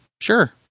Sure